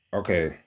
okay